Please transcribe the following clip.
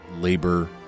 Labor